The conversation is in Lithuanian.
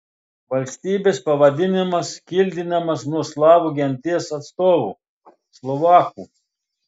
valstybės pavadinimas kildinamas nuo slavų genties atstovų slovakų